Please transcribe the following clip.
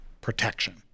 protection